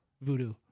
Voodoo